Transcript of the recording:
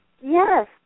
Yes